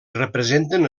representen